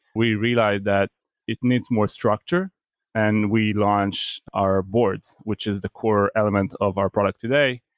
we realized that it needs more structure and we launch our boards, which is the core element of our product today.